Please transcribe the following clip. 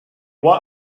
what